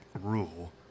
rule